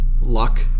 Luck